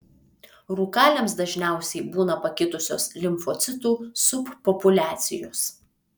rūkaliams dažniausiai būna pakitusios limfocitų subpopuliacijos